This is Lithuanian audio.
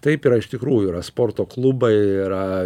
taip yra iš tikrųjų yra sporto klubai yra